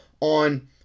on